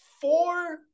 four